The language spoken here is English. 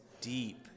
deep